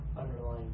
underlying